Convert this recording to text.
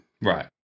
Right